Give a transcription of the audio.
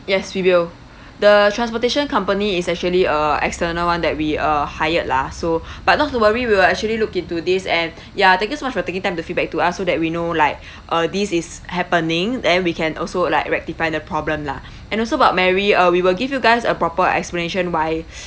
yes we will the transportation company is actually a external [one] that we uh hired lah so but not to worry we will actually look into this and ya thank you so much for taking time to feedback to us so that we know like uh this is happening then we can also like rectify the problem lah and also about mary uh we will give you guys a proper explanation by